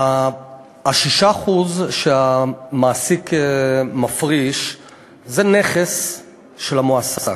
ה-6% שהמעסיק מפריש זה נכס של המועסק,